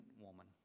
woman